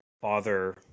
father